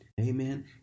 Amen